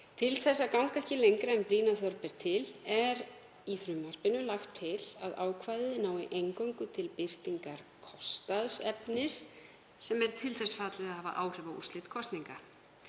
Til að ganga ekki lengra en brýna þörf ber til er í frumvarpinu lagt til að ákvæðið nái eingöngu til birtingar kostaðs efnis sem er til þess fallið að hafa áhrif á úrslit kosninga.